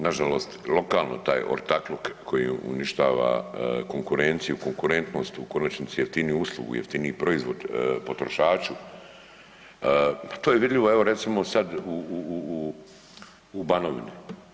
Nažalost lokalni taj ortakluk koji uništava konkurenciju, konkurentnost u konačnici jeftiniju uslugu, jeftiniji proizvod potrošaču, to je vidljivo recimo sad u Banovini.